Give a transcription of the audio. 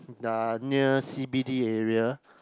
uh near C_B_D area